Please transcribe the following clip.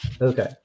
okay